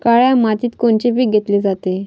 काळ्या मातीत कोनचे पिकं घेतले जाते?